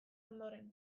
ondoren